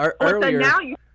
Earlier